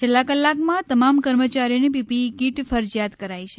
છેલ્લા કલાકમાં તમામ કર્મચારીઓને પીપીઇ કીટ ફરજિયાત કરાઇ છે